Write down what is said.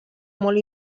molt